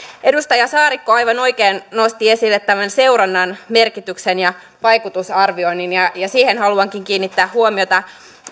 edustaja saarikko aivan oikein nosti esille tämän seurannan merkityksen ja vaikutusarvioinnin ja ja siihen haluankin kiinnittää huomiota